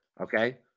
okay